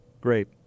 Great